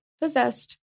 possessed